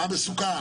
מה מסוכן.